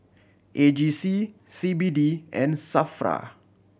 A G C C B D and SAFRA